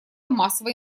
массовой